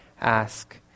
ask